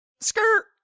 Skirt